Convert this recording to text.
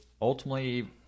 ultimately